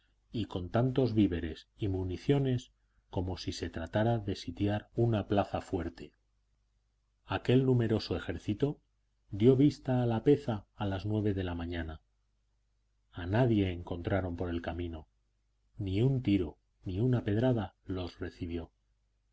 y con tantos víveres y municiones como si se tratara de sitiar una plaza fuerte aquel numeroso ejército dio vista a lapeza a las nueve de la mañana a nadie encontraron por el camino ni un tiro ni una pedrada los recibió